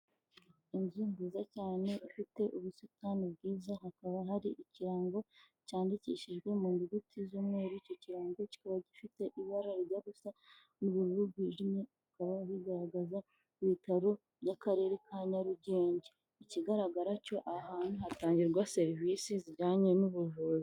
Inzu nziza cyane ifite ubusitani bwiza hakaba hari ikirango cyandikishijwe mu nyuguti z'mweru icyo kirango kikaba gifite ibara rijya gusa uburu bwijimye bikaba bigaragaza ibitaro by'akarere ka Nyarugenge ikigaragara cyo aha hantu hatangirwa serivisi zijyanye n'ubuvuzi.